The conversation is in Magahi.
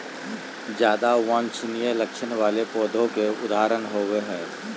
ज्यादा वांछनीय लक्षण वाले पौधों के उदाहरण होबो हइ